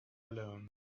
alone